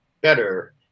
better